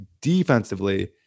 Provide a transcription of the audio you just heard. defensively